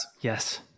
Yes